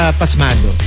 pasmado